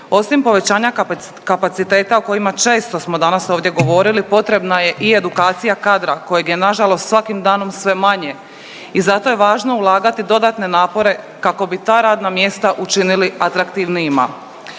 Osim povećanja kapaciteta o kojima često smo danas ovdje govorili, potrebna je i edukacija kadra kojeg je nažalost svakim danom sve manje i zato je važno ulagati dodatne napore kako bi ta radna mjesta učinili atraktivnijima.